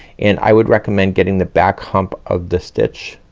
and i would recommend getting the back hump of the stitch,